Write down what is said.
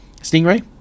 Stingray